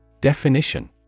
Definition